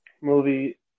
movie